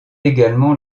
également